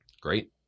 great